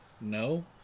No